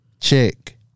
check